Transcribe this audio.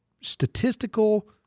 statistical